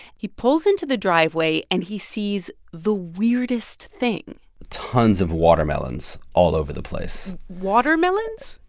he pulls into the driveway, and he sees the weirdest thing tons of watermelons all over the place watermelons?